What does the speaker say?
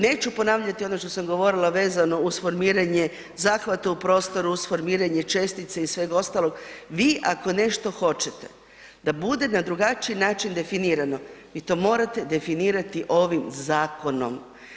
Neću ponavljati ono što sam govorila vezano uz formiranje zahvata u prostoru, uz formiranje čestice i sveg ostalog, vi ako nešto hoćete da bude na drugačiji način definirano, vi to morate definirati ovim zakonom.